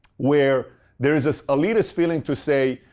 where there's this elitist feeling to say,